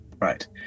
Right